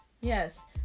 yes